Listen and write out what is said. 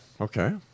Okay